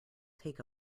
take